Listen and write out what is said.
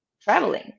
traveling